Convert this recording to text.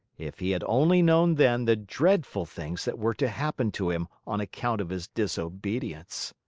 if he had only known then the dreadful things that were to happen to him on account of his disobedience!